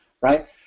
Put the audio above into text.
right